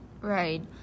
right